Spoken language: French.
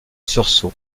sursaut